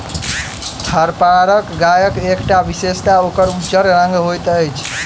थारपारकर गायक एकटा विशेषता ओकर उज्जर रंग होइत अछि